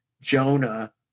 Jonah